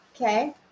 Okay